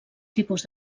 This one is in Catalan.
tipus